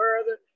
further